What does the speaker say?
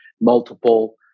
multiple